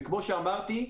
כמו שאמרתי,